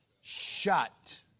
shut